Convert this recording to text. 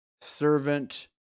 servant